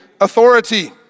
authority